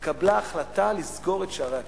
התקבלה החלטה לסגור את שערי הכנסת.